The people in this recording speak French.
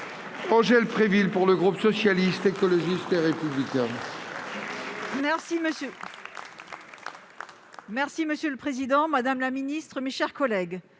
Angèle Préville, pour le groupe Socialiste, Écologiste et Républicain.